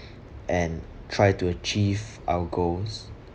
and try to achieve our goals